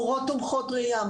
מורות תומכות ראייה,